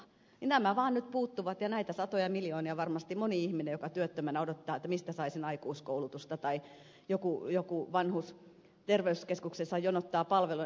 mutta nämä vaan nyt puuttuvat ja näitä satoja miljoonia kaipaisi varmasti moni ihminen joka työttömänä odottaa mistä saisi aikuiskoulutusta tai joku vanhus jonottaessaan terveyskeskuksessa palveluja